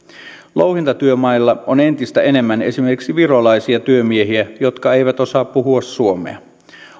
louhintatyömailla on entistä enemmän esimerkiksi virolaisia työmiehiä jotka eivät osaa puhua suomea